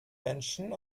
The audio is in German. menschen